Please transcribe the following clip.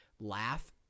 laugh